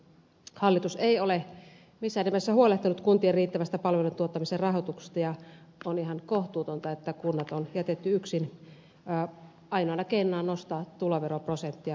hallitus ei ole missään nimessä huolehtinut kuntien riittävästä palveluiden tuottamisen rahoituksesta ja on ihan kohtuutonta että kunnat on jätetty yksin ainoana keinonaan nostaa tuloveroprosenttia kipulukemiin